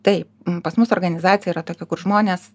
taip pas mus organizacija yra tokia kur žmonės